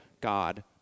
God